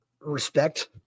respect